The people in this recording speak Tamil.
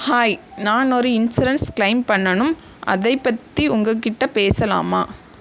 ஹாய் நான் ஒரு இன்சூரன்ஸ் க்ளைம் பண்ணணும் அதைப் பற்றி உங்கள்கிட்ட பேசலாமா